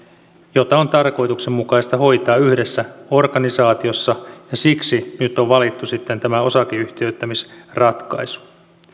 jota on tarkoituksenmukaista hoitaa yhdessä organisaatiossa ja siksi nyt on valittu sitten tämä osakeyhtiöittämisratkaisu